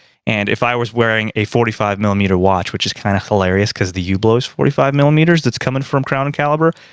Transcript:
and if i was wearing a forty five millimeter watch, which is kind of hilarious, because the hublot is forty five millimeters that's coming from crown and caliber.